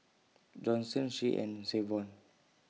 Johnson Shay and Savon